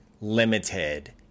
limited